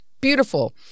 beautiful